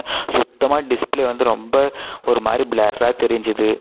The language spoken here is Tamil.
சுத்தமா டிஸ்ப்ளே வந்து ரொம்ப ஒரு மாதிரி பிளர்ரா தெரிஞ்சுது